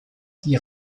die